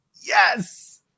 Yes